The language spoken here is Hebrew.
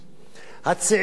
הצעירים העובדים,